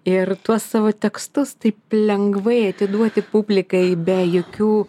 ir tuos savo tekstus taip lengvai atiduoti publikai be jokių